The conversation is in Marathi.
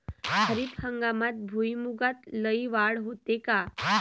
खरीप हंगामात भुईमूगात लई वाढ होते का?